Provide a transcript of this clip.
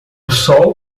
sol